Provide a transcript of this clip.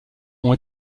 ont